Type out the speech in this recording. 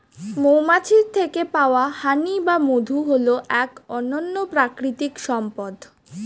মৌমাছির থেকে পাওয়া হানি বা মধু হল এক অনন্য প্রাকৃতিক সম্পদ